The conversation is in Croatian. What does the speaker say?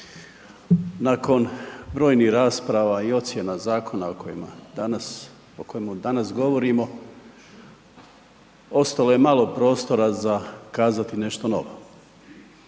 Nakon brojnih rasprava i ocjena zakona o kojima danas, o kojemu danas govorimo ostalo je malo prostora za kazati nešto novo